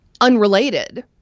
unrelated